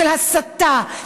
של הסתה,